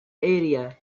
area